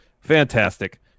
Fantastic